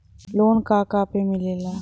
Loan का का पे मिलेला?